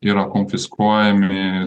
yra konfiskuojami